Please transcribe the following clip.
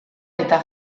eta